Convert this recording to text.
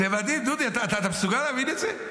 זה מדהים, דודי, אתה מסוגל להבין את זה?